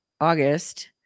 august